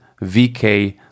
VK